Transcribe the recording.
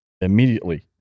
immediately